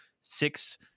six